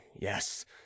yes